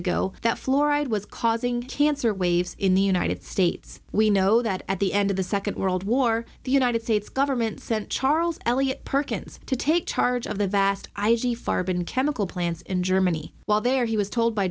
ago that fluoride was causing cancer waves in the united states it's we know that at the end of the second world war the united states government sent charles elliott perkins to take charge of the vast i g farben chemical plants in germany while there he was told by